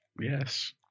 Yes